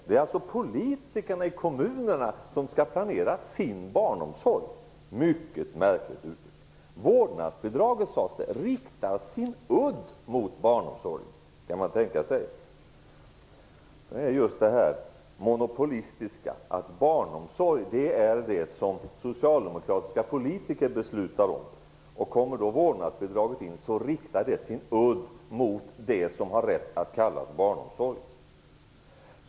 Det är alltså politikerna i kommunerna som skall planera barnomsorgen - det är mycket märkligt. Det sades vidare att vårdnadsbidraget riktar sin udd mot barnomsorgen. Kan man tänka sig något sådant! Enligt detta monopolistiska sätt att tänka är barnomsorg något som socialdemokratiska politiker beslutar om, och om vårdnadsbidraget kommer i fråga, riktar det sin udd mot detta som man har rätt att kalla barnomsorg.